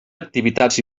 activitats